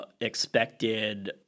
expected